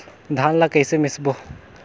धान ला कइसे मिसबो?